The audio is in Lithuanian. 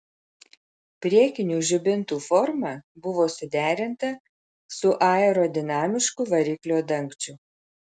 priekinių žibintų forma buvo suderinta su aerodinamišku variklio dangčiu